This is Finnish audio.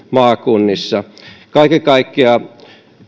maakunnissa tulevaisuudessakin kaiken kaikkiaan